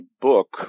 book